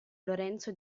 lorenzo